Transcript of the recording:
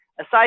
aside